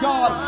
God